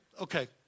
Okay